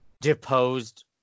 Deposed